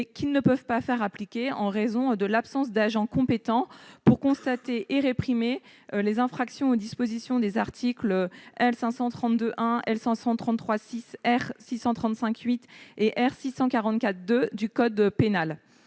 ils ne peuvent pas le faire appliquer, en raison de l'absence d'agents compétents pour constater et réprimer les infractions aux dispositions des articles R. 632-1, R. 633-6, R. 635-8 et R. 644-2 du code pénal.